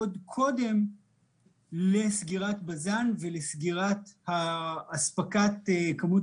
עוד קודם לסגירת בזן ולסגירת אספקת כמות